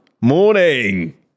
morning